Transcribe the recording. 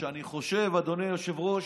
ואני חושב, אדוני היושב-ראש,